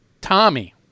Tommy